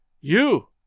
You